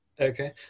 Okay